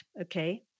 Okay